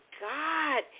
God